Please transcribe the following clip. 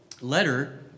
letter